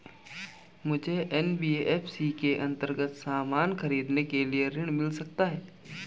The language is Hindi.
मुझे एन.बी.एफ.सी के अन्तर्गत सामान खरीदने के लिए ऋण मिल सकता है?